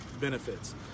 benefits